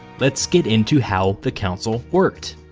let's get into how the council worked.